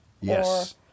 Yes